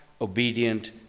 obedient